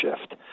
shift